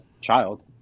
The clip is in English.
child